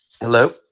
Hello